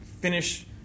finish